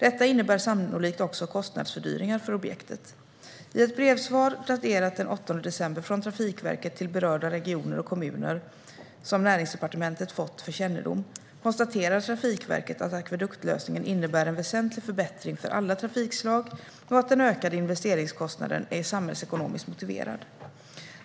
Detta innebär sannolikt också kostnadsfördyringar för objektet. I ett brevsvar daterat den 8 december från Trafikverket till berörda regioner och kommuner, som Näringsdepartementet fått för kännedom, konstaterar Trafikverket att akveduktlösningen innebär en väsentlig förbättring för alla trafikslag och att den ökade investeringskostnaden är samhällsekonomiskt motiverad.